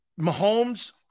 Mahomes